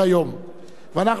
אנחנו עוברים לחקיקה,